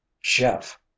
Jeff